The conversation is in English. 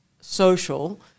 social